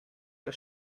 der